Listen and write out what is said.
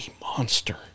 monster